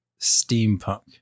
steampunk